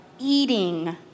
eating